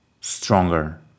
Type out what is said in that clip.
stronger